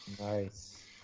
nice